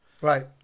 right